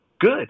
good